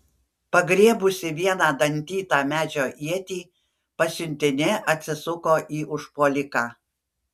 pagriebusi vieną dantytą medžio ietį pasiuntinė atsisuko į užpuoliką